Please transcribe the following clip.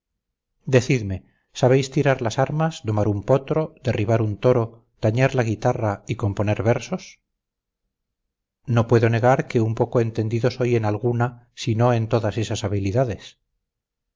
decidme sabéis tirar las armas domar un potro derribar un toro tañer la guitarra y componer versos no puedo negar que un poco entendido soy en alguna sino en todas esas habilidades